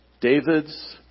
David's